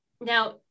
Now